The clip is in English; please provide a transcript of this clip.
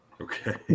Okay